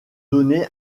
donner